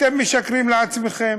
אתם משקרים לעצמכם.